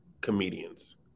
comedians